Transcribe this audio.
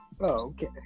okay